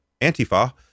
Antifa